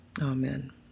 Amen